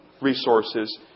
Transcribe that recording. resources